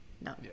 no